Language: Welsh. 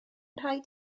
rhaid